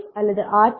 S அல்லது R